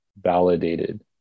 validated